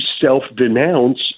self-denounce